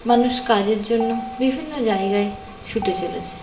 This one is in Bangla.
মানুষ কাজের জন্য বিভিন্ন জায়গায় ছুটে চলেছে